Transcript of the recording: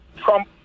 Trump